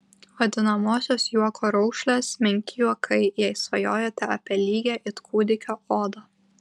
vadinamosios juoko raukšlės menki juokai jei svajojate apie lygią it kūdikio odą